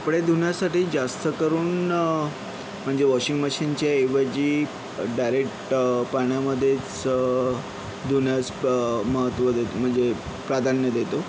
कपडे धुण्यासाठी जास्त करून म्हणजे वॉशिंग मशीनचे ऐवजी डायरेक्ट पाण्यामध्येच धुण्यास महत्त्व देत म्हणजे प्राधान्य देतो